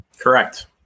Correct